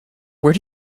where